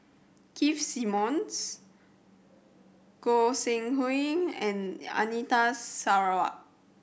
Keith Simmons Goi Seng Hui and Anita Sarawak